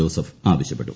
Joseph ആവശ്യപ്പെട്ടു